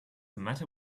matter